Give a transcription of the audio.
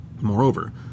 Moreover